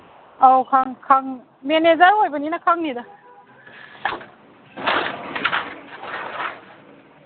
ꯑꯧ ꯃꯦꯅꯦꯖꯔ ꯑꯣꯏꯕꯅꯤꯅ ꯈꯪꯅꯤꯗ